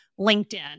LinkedIn